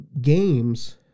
Games